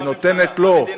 לא הממשלה שנותנת לו,